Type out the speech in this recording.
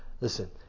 Listen